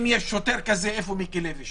אם יש שוטר כזה איפה מיקי לוי,